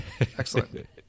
excellent